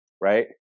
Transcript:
right